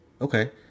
Okay